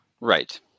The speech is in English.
Right